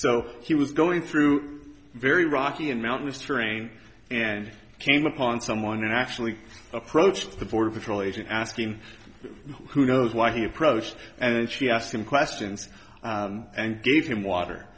so he was going through a very rocky and mountainous terrain and came upon someone who actually approached the border patrol agent asking who knows why he approached and she asked him questions and gave him water